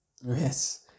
yes